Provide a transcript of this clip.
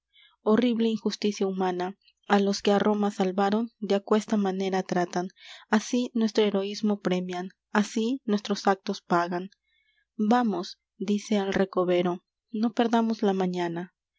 horrible injusticia humana a los que á roma salvaron de aquesta manera tratan así nuestro heroísmo premian así nuestros actos pagan vamos dice el recovero no perdamos la